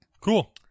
Cool